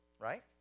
right